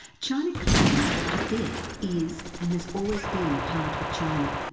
china claims that tibet is, and has always been, part of china,